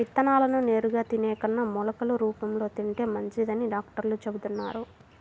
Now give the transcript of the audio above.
విత్తనాలను నేరుగా తినే కన్నా మొలకలు రూపంలో తింటే మంచిదని డాక్టర్లు చెబుతున్నారు